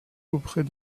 auprès